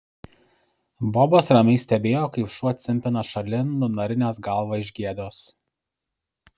bobas ramiai stebėjo kaip šuo cimpina šalin nunarinęs galvą iš gėdos